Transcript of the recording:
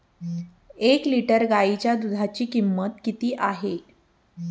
एक लिटर गाईच्या दुधाची किंमत किती आहे?